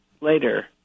later